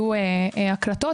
שיהיו הקלטות,